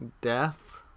Death